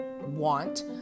want